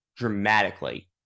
dramatically